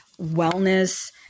wellness